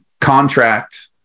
contract